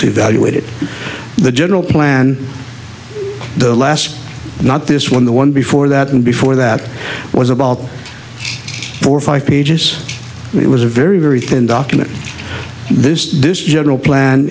to evaluate it and the general plan the last not this one the one before that and before that was about four or five pages it was a very very thin document this this general plan